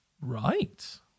Right